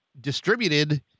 distributed